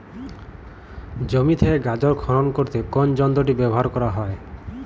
জমি থেকে গাজর খনন করতে কোন যন্ত্রটি ব্যবহার করা হয়?